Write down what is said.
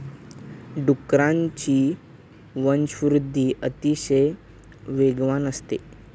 डुकरांची वंशवृद्धि अतिशय वेगवान असते